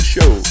Show